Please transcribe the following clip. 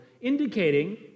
indicating